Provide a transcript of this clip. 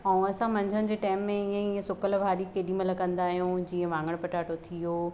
ऐं असां मंझदि जे टाइम में ईअं ईअं सुकियल भाॼी केॾीमहिल कंदा आहियूं जीअं वाङण पटाटो थी वियो